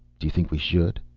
do you think we should?